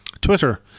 Twitter